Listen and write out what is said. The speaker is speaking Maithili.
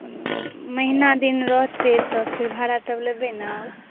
महिना दिन रहतै तऽ फेर भाड़ा तब लेबै ने आओर